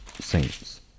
saints